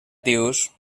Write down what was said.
dius